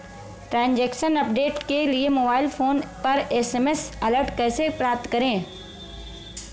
Transaction update के लिए mobile phone पर एस.एम.एस अलर्ट कैसे प्राप्त करें?